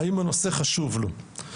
האם הנושא חשוב לו,